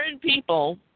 people